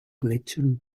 gletschern